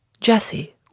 Jesse